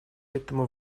этому